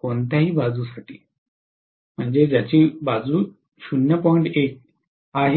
कोणत्याही बाजूसाठी ज्याची बाजू 0